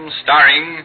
starring